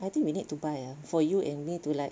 I think we need to buy ah for you and me to like